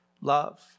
love